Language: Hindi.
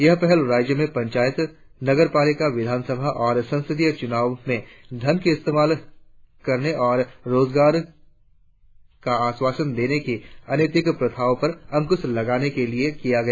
यह पहल राज्य में पंचायत नगरपालिका विधान सभा और संसदीय चुनावों में धन का इस्तेमाल करने और रोजगार का आश्वासन देने की अनैतिक प्रथाओं पर अंकूश लगाने के लिए किया गया